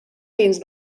dins